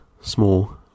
small